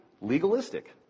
legalistic